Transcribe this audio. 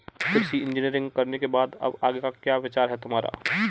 कृषि इंजीनियरिंग करने के बाद अब आगे का क्या विचार है तुम्हारा?